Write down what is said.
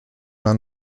una